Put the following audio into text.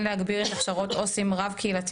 בבקשה להגביר הן את הכשרות העו״סים הרב-קהילתיים,